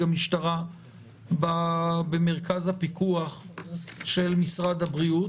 המשטרה במרכז הפיקוח של משרד הבריאות.